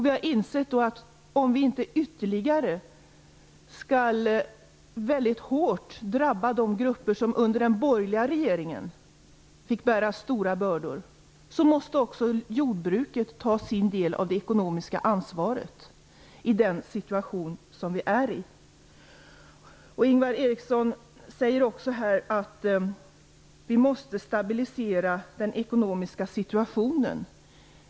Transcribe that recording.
Vi har insett att om inte de grupper som fick bära stora bördor under den borgerliga regeringen skall drabbas ytterligare måste också jordbruket ta sin del av det ekonomiska ansvaret i den situation som vi befinner oss i. Ingvar Eriksson säger också att vi måste stabilisera den ekonomiska situationen.